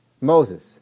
Moses